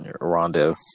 Rondo